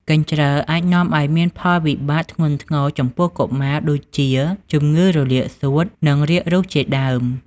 កញ្ជ្រឹលអាចនាំឱ្យមានផលវិបាកធ្ងន់ធ្ងរចំពោះកុមារដូចជាជំងឺរលាកសួត និងរាគរួសជាដើម។